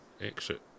exit